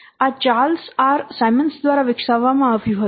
આ Charles R Simmons દ્વારા વિકસાવવામાં આવ્યું હતું